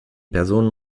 personen